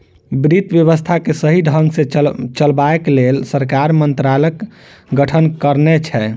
वित्त व्यवस्था के सही ढंग सॅ चलयबाक लेल सरकार मंत्रालयक गठन करने छै